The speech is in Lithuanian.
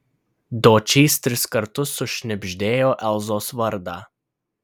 dočys tris kartus sušnibždėjo elzos vardą